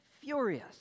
furious